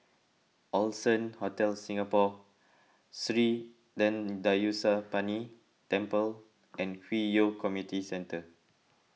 Allson Hotel Singapore Sri thendayuthapani Temple and Hwi Yoh Community Centre